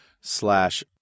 slash